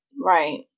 Right